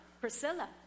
Priscilla